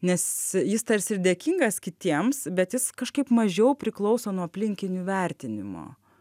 nes jis tarsi ir dėkingas kitiems bet jis kažkaip mažiau priklauso nuo aplinkinių vertinimo